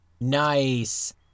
nice